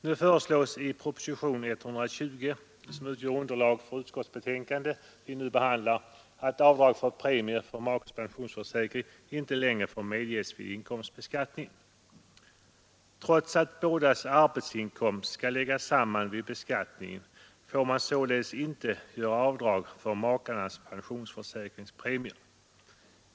Det föreslås i propositionen 120, som utgör underlag för det utskottsbetänkande vi nu behandlar, att avdrag för premie för makes pensionsförsäkring inte längre skall medges vid inkomstbeskattning. Trots att bådas arbetsinkomst skall läggas samman vid beskattningen får således avdrag inte göras för makarnas pensionsförsäkringspremier.